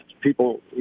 people